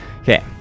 Okay